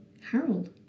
Harold